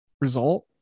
result